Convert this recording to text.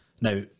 Now